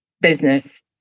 business